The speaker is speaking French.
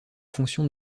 fonction